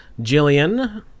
Jillian